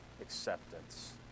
acceptance